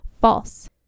false